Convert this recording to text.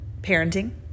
parenting